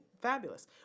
Fabulous